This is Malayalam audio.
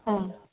ആ